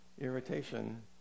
irritation